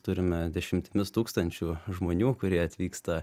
turime dešimtimis tūkstančių žmonių kurie atvyksta